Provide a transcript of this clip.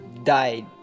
died